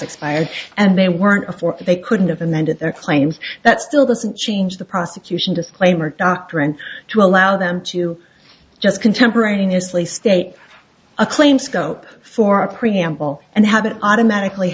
expired and they weren't before they couldn't have amended their claims that still doesn't change the prosecution disclaimer doctrine to allow them to just contemporaneously state a claim scope for a preamble and have it automatically